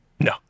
No